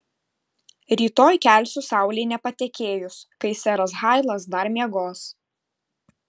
rytoj kelsiu saulei nepatekėjus kai seras hailas dar miegos